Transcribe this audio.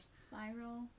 Spiral